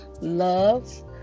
love